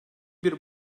bir